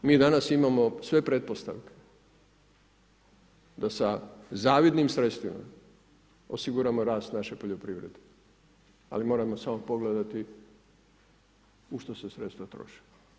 Mi danas imamo sve pretpostavke da sa zavidnim sredstvima osiguramo rast naše poljoprivrede, ali moramo samo pogledati u šta se sredstva troše.